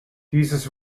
dieses